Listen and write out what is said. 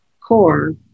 core